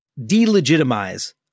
delegitimize